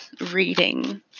reading